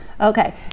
Okay